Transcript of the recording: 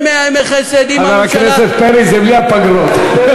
חבר הכנסת פרי, זה בלי הפגרות.